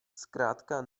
zkrátka